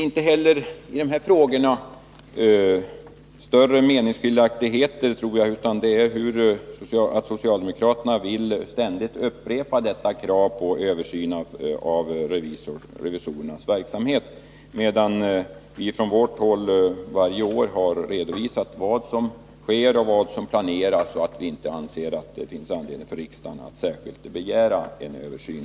Inte heller i de här frågorna råder det några större meningsskiljaktigheter, tror jag. Det är bara så att socialdemokraterna ständigt velat upprepa detta krav på en översyn av revisorernas verksamhet, medan vi från vårt håll varje år har redovisat vad som sker och vad som planeras. Vi anser inte att det finns anledning för riksdagen att särskilt begära en översyn.